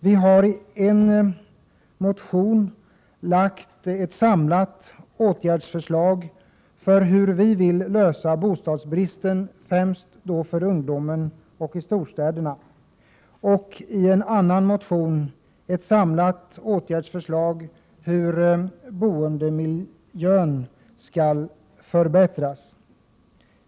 Vi har i en motion lagt fram ett samlat åtgärdsförslag för hur vi vill lösa bostadsbristen främst för ungdomen och i storstäderna. I en annan motion lägger vi fram ett samlat åtgärdsförslag för hur boendemiljön skall förbättras.